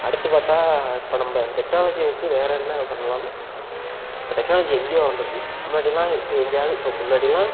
அடுத்து பார்த்தா இப்போ நம்ம டெக்னாலஜியை வச்சு வேறு என்ன பண்ணலான்னா இப்போ டெக்னாலஜி எங்கேயோ வளர்ந்துடுச்சி முன்னாடிலாம் இப்போ எங்கேயாவது இப்போ முன்னாடிலாம்